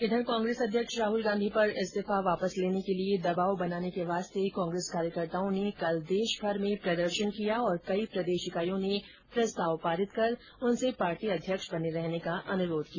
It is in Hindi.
इधर कांग्रेस अध्यक्ष राहुल गांधी पर इस्तीफा वापस लेने के लिए दबाव बनाने के वास्ते कांग्रेस कार्यकर्ताओं ने कल देशमर में प्रदर्शन किया और कई प्रदेश इकाइयों ने प्रस्ताव पारित कर उनसे पार्टी अध्यक्ष बने रहने का अनुरोध किया